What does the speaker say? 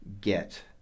get